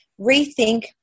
rethink